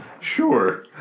Sure